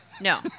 No